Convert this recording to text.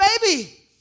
baby